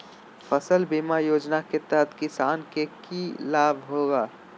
फसल बीमा योजना के तहत किसान के की लाभ होगा?